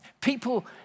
People